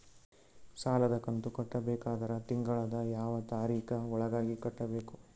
ಸಾಲದ ಕಂತು ಕಟ್ಟಬೇಕಾದರ ತಿಂಗಳದ ಯಾವ ತಾರೀಖ ಒಳಗಾಗಿ ಕಟ್ಟಬೇಕು?